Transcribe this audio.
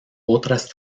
otras